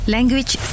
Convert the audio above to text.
Language